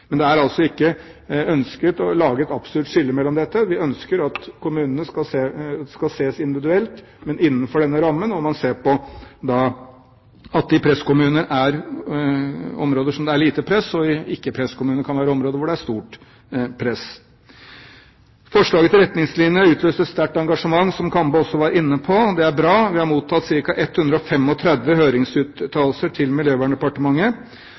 Men det er altså ikke ønskelig å lage et absolutt skille mellom dette. Vi ønsker at kommunene skal ses individuelt, men innenfor denne rammen – man ser da på at i presskommuner er det områder der det er lite press, og at i ikke-presskommuner kan det være områder der det er stort press. Forslaget til retningslinjer utløste sterkt engasjement, som Kambe også var inne på. Det er bra. Vi har mottatt